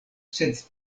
sed